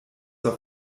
auf